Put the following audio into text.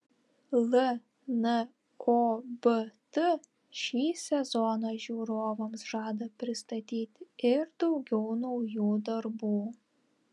lnobt šį sezoną žiūrovams žada pristatyti ir daugiau naujų darbų